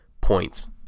points